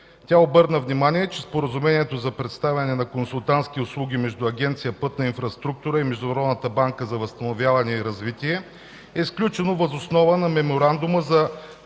Тя обърна внимание, че Споразумението за предоставяне на консултантски услуги между Агенция „Пътна инфраструктура” и Международната банка за възстановяване и развитие е сключено въз основа на Меморандума за